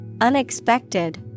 unexpected